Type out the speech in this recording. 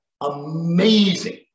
amazing